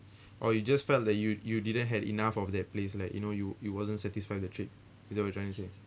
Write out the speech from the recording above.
or you just felt that you you didn't had enough of that place like you know you wasn't satisfied with the trip is that what you're trying to say